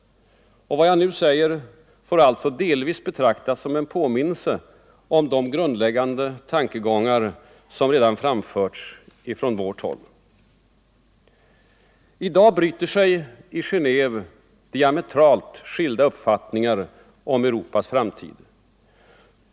Vad jag nu säger får alltså delvis betraktas som en påminnelse om de grundläggande tankegångar som redan framförts från vårt håll. I dag bryter sig i Genéve diametralt skilda uppfattningar om Europas 87 framtid.